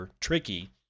tricky